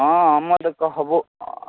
हँ हमे तऽ कहबौ